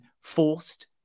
forced